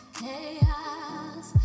chaos